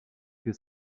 que